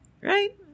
right